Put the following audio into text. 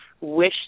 wish